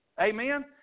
Amen